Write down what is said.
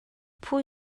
pwy